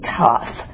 tough